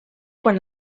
quan